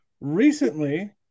recently